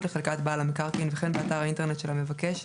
לחלקת בעל המקרקעין וכן באתר האינטרנט של המבקש,